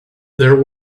there